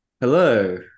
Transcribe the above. Hello